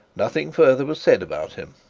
nothing further was said about him.